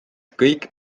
kõik